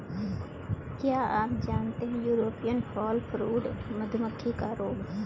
क्या आप जानते है यूरोपियन फॉलब्रूड मधुमक्खी का रोग है?